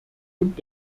und